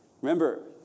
Remember